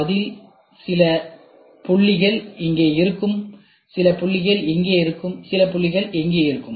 பதில் சில புள்ளிகள் இங்கே இருக்கும் சில புள்ளிகள் இங்கே இருக்கும் சில இங்கே இருக்கும்